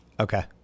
Okay